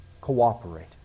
cooperate